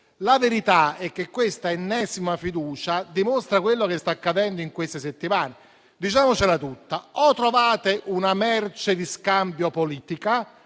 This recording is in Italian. La verità è che questa ennesima fiducia dimostra quello che sta accadendo in queste settimane. Diciamocela tutta: o trovate una merce di scambio politica,